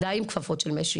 די עם כפפות של משי.